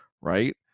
right